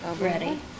ready